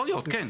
יכול להיות, כן.